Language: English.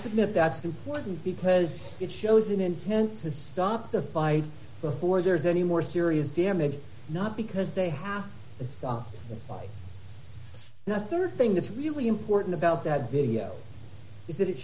submit that's important because it shows an intent to stop the fight before there's any more serious damage not because they have the stuff that was not their thing that's really important about that video is that it